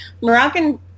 Moroccan